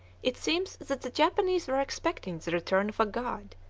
it seems that the japanese were expecting the return of a god,